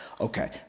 Okay